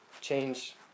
change